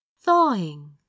thawing